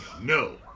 No